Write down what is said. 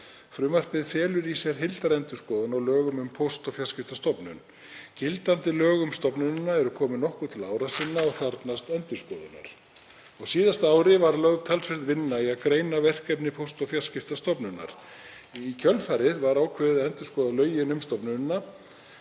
Frumvarpið felur í sér heildarendurskoðun á lögum um Póst- og fjarskiptastofnun. Gildandi lög um stofnunina eru komin nokkuð til ára sinna og þarfnast endurskoðunar. Á síðasta ári var lögð talsverð vinna í að greina verkefni Póst- og fjarskiptastofnunar. Í kjölfarið var ákveðið að endurskoða lögin um stofnunina